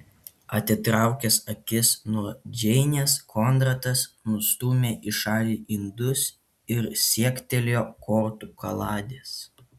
atitraukęs akis nuo džeinės konradas nustūmė į šalį indus ir siektelėjo kortų kaladės